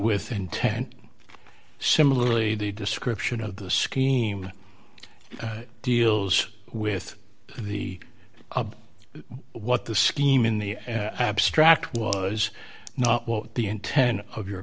with intent similarly the description of the scheme deals with the what the scheme in the abstract was not what the intent of your